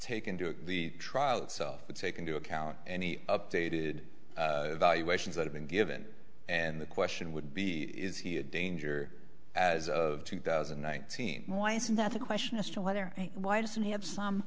taken to the trial itself would take into account any updated valuations that have been given and the question would be is he a danger as of two thousand and nineteen why isn't that a question as to whether why doesn't he ha